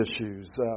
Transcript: issues